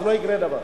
אז לא יקרה דבר.